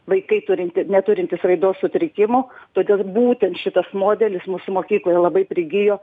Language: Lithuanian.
vaikai turinti neturintys raidos sutrikimų todėl būtent šitas modelis mūsų mokykloje labai prigijo